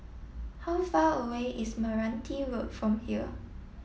how far away is Meranti Road from here